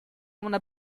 una